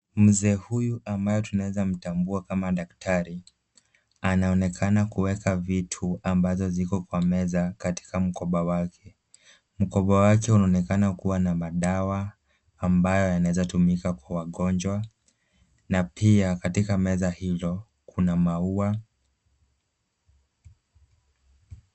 Mzee huyu ambaye tunaweza mtambua kama daktari, anaonekana kuweka vitu ambazo ziko kwa meza katika mkoba wake. Mkoba wake unaonekana kuwa na madawa ambayo yanaweza kutumika kwa wagonjwa na pia katika meza hiyo kuna maua.